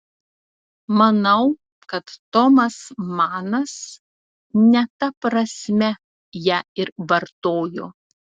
manau kad tomas manas ne ta prasme ją ir vartojo